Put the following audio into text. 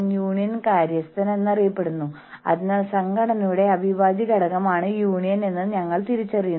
യൂണിയനുകൾ ഒഴിവാക്കുന്നതിനുള്ള മറ്റൊരു തന്ത്രം യൂണിയൻ അടിച്ചമർത്തൽ സമീപനമാണ്